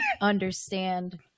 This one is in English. understand